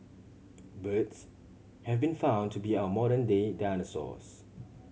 birds have been found to be our modern day dinosaurs